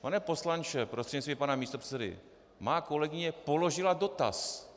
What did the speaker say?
Pane poslanče prostřednictvím pana místopředsedy, má kolegyně položila dotaz.